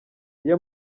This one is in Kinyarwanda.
iyo